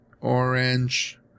Orange